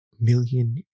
million